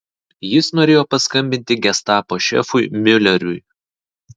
jis norėjo paskambinti gestapo šefui miuleriui